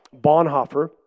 Bonhoeffer